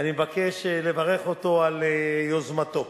ואני מבקש לברך אותו על יוזמתו.